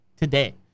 today